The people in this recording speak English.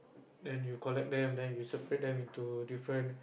then you collect them then you separate them into different